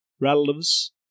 relatives